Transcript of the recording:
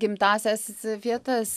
gimtąsias vietas